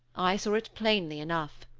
i saw it plainly enough.